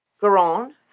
Garon